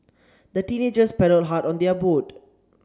the teenagers paddled hard on their boat